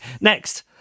next